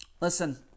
Listen